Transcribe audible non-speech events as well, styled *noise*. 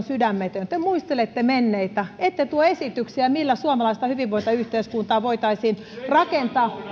*unintelligible* sydämetön te muistelette menneitä ette tuo esityksiä joilla suomalaista hyvinvointiyhteiskuntaa voitaisiin rakentaa